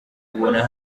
ubona